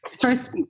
first